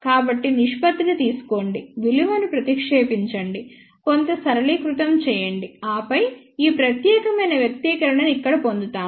కాబట్టి నిష్పత్తిని తీసుకోండి విలువలను ప్రతిక్షేపించండి కొంత సరళీకృతం చేయండి ఆపై ఈ ప్రత్యేక వ్యక్తీకరణను ఇక్కడ పొందుతాము